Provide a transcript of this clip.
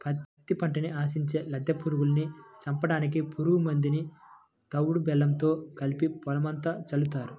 పత్తి పంటని ఆశించే లద్దె పురుగుల్ని చంపడానికి పురుగు మందుని తవుడు బెల్లంతో కలిపి పొలమంతా చల్లుతారు